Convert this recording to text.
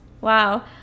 Wow